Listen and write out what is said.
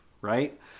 right